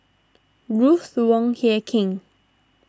Ruth Wong Hie King